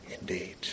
indeed